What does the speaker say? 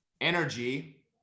energy